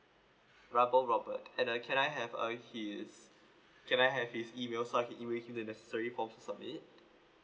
rubber robert and uh can I have err his can I have his emails so I can email him the necessary forms to submit